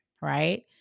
right